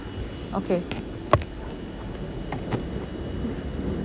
okay